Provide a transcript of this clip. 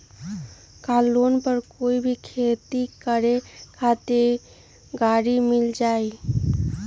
का लोन पर कोई भी खेती करें खातिर गरी मिल जाइ?